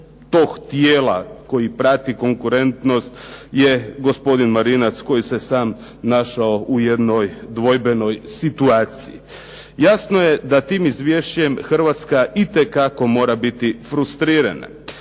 tog tijela koji prati konkurentnost je gospodin Marinac koji se sam našao u jednoj dvojbenoj situaciji. Jasno je da tim izvješćem Hrvatska itekako mora biti frustrirana.